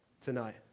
tonight